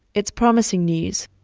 it's promising news,